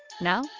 Now